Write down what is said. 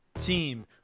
Team